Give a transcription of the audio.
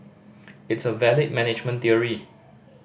it's a valid management theory